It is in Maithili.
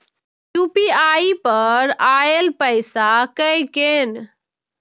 यू.पी.आई पर आएल पैसा कै कैन?